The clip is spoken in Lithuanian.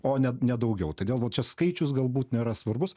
o ne ne daugiau todėl va čia skaičius galbūt nėra svarbus